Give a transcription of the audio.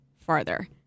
farther